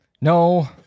No